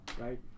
right